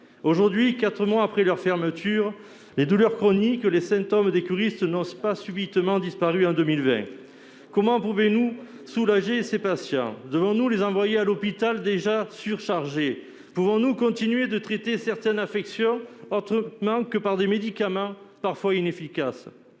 Aujourd'hui, quatre mois après la fermeture des centres, les douleurs chroniques et les symptômes des curistes n'ont pas subitement disparu. Comment pouvons-nous soulager ces patients ? Devons-nous les envoyer à l'hôpital, qui est déjà surchargé ? Pouvons-nous continuer de traiter certaines affections autrement que par des médicaments parfois inefficaces ?